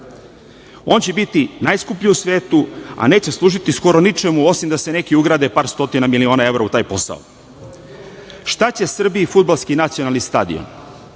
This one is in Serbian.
će biti najskuplji u svetu, a neće služiti skoro ničemu osim da se neki ugrade par stotina miliona evra u taj posao. Šta će Srbiji fudbalski nacionalni stadion?